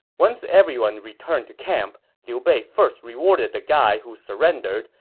once everyone returned to camp, liu bei first rewarded the guy who surrendered,